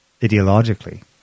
ideologically